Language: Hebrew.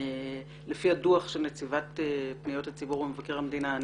לפי הדוח של נציבת פניות הציבור במשרד מבקר המדינה.